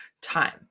time